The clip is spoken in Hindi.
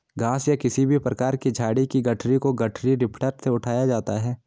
घास या किसी भी प्रकार की झाड़ी की गठरी को गठरी लिफ्टर से उठाया जाता है